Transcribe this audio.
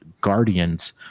Guardians